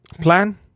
plan